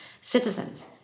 citizens